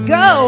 go